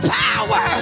power